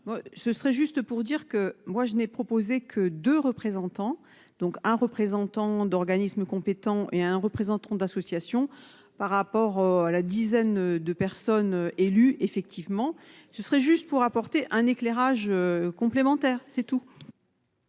Ce serait juste pour dire que moi je n'ai proposé que 2 représentants donc un représentant d'organismes compétents et 1 représenteront d'association par rapport à la dizaine de personnes élus effectivement ce serait juste pour apporter un éclairage complémentaire c'est tout.